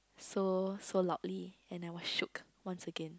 so so loudly and I was shooked once again